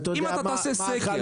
אם תעשה סקר --- אתה יודע מה החלוקה